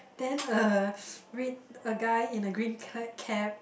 then uh red a guy in a green c~ cap